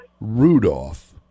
Rudolph